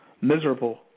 miserable